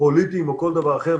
פוליטיים או כל דבר אחר,